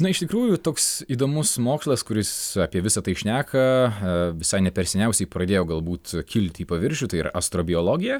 na iš tikrųjų toks įdomus mokslas kuris apie visa tai šneka visai ne per seniausiai pradėjo galbūt kilti į paviršių tai yra astrobiologija